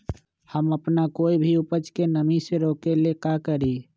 हम अपना कोई भी उपज के नमी से रोके के ले का करी?